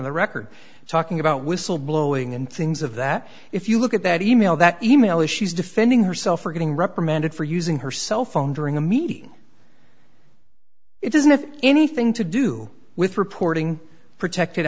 the record talking about whistle blowing and things of that if you look at that e mail that e mail is she's defending herself or getting reprimanded for using her cell phone during a meeting it doesn't have anything to do with reporting protected